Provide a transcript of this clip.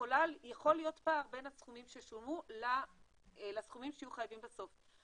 יכול להיות פער בין הסכומים ששולמו לסכומים שיהיו חייבים בסוף.